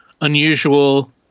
unusual